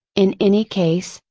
in any case,